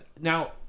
now